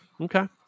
okay